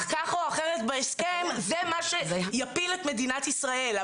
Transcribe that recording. כך או אחרת בהסכם זה מה שיפיל את מדינת ישראל.